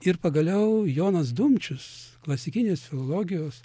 ir pagaliau jonas dumčius klasikinės filologijos